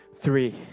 Three